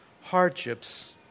hardships